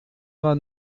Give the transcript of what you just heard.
vingt